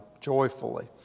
joyfully